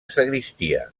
sagristia